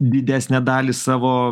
didesnę dalį savo